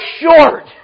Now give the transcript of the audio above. short